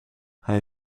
hij